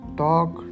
talk